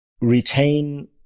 retain